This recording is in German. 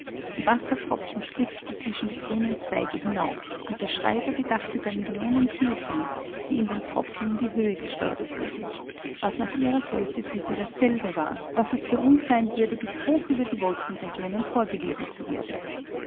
die wassertropfen spritzten zwischen die grünen zweige hinauf und der schreiber gedachte der millionen tierchen die in dem tropfen in die höhe geschleudert wurden was nach ihrer größe für sie dasselbe war was es für uns sein würde bis hoch über die wolkenregion emporgewirbelt zu werden